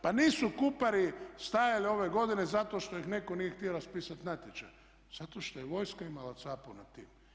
Pa nisu Kupari stajali ove godine zato što ih netko nije htio raspisati natječaj, zato što je vojska imala capu nad tim.